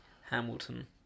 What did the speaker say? Hamilton